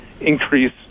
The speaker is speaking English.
increase